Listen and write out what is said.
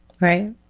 Right